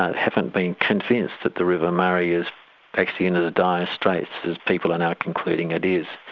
ah haven't been convinced that the river murray is actually in the dire straits that people are now concluding it is.